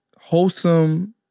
wholesome